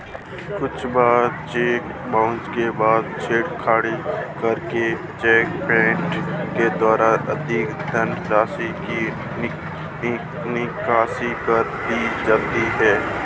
कई बार चेकबुक के साथ छेड़छाड़ करके चेक पेमेंट के द्वारा अधिक धनराशि की निकासी कर ली जाती है